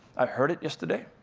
i heard it yesterday,